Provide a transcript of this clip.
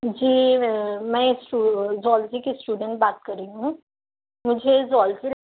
جی میں زولوجی کی اسٹوڈینٹ بات کر رہی ہوں مجھے زولوجی